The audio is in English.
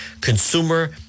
consumer